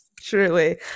Truly